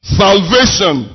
salvation